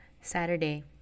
Saturday